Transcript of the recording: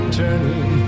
turning